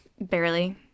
Barely